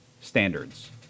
standards